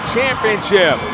championship